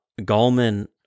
Gallman